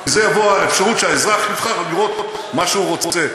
מזה תבוא האפשרות שהאזרח יבחר לראות מה שהוא רוצה.